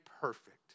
perfect